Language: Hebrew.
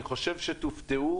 אני חושב שתופתעו,